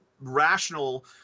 rational